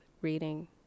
reading